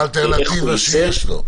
מה האלטרנטיבה שיש לו?